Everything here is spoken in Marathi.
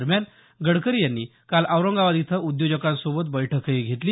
दरम्यान गडकरी यांनी काल औरंगाबाद इथं उद्योजकांसोबत बैठकही घेतली